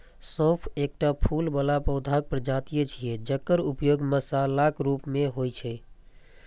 सौंफ एकटा फूल बला पौधाक प्रजाति छियै, जकर उपयोग मसालाक रूप मे होइ छै